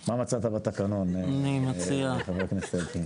מה מצאת בתקנון, חבר הכנסת אלקין?